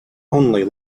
only